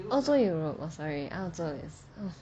欧洲 europe oh sorry 澳洲 is oh